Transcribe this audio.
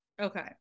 Okay